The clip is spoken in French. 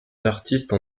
d’artistes